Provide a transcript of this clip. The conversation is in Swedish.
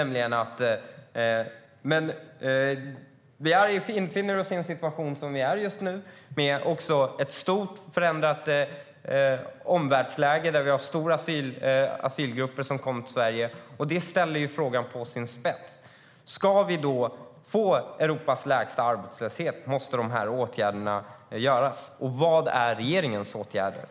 Men vi befinner oss i den situation vi är i just nu. Vi har ett förändrat omvärldsläge där vi har stora asylgrupper som kommer till Sverige. Det ställer frågan på sin spets. Ska vi få Europas lägsta arbetslöshet måste åtgärderna göras. Vad är regeringens åtgärder?